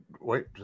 wait